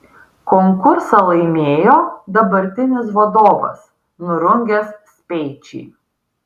konkursą laimėjo dabartinis vadovas nurungęs speičį